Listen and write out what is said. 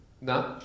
No